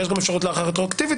ויש גם אפשרות להארכה רטרואקטיבית,